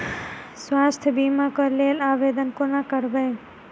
स्वास्थ्य बीमा कऽ लेल आवेदन कोना करबै?